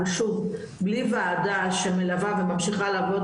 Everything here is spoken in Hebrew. אבל שוב בלי וועדה שמלווה וממשיכה לעבוד